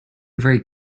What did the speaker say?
very